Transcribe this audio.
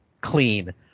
clean